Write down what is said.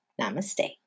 Namaste